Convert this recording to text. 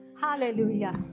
Hallelujah